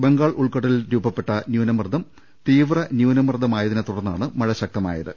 ബംഗാൾ ഉൾക്കടലിൽ രൂപ പ്പെട്ട ന്യൂനമർദ്ദം തീവ്ര ന്യൂനമർദ്ദമായതിനെത്തുടർന്നാണ് മഴ ശക്തമാ യത്